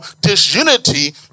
disunity